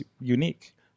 unique